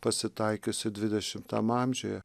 pasitaikiusi dvidešimtam amžiuje